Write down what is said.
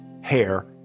hair